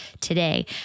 today